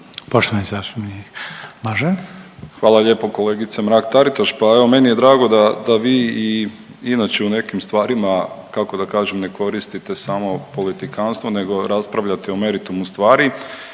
Nikola (HDZ)** Hvala lijepo kolegice Mrak Taritaš. Pa evo meni je drago da vi i inače u nekim stvarima kako da kažem, ne koriste samo politikantstvo nego raspravljate o meritumu stvari.